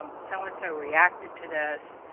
um so-and-so reacted to this.